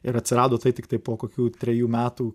ir atsirado tai tiktai po kokių trejų metų